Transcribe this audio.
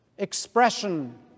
expression